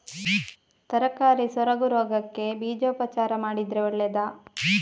ತರಕಾರಿ ಸೊರಗು ರೋಗಕ್ಕೆ ಬೀಜೋಪಚಾರ ಮಾಡಿದ್ರೆ ಒಳ್ಳೆದಾ?